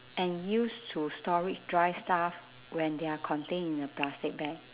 and use to store it dry stuff when they are contained in a plastic bag